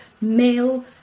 male